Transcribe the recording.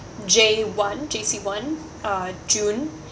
J one J_C one uh june